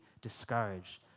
discouraged